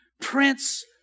prince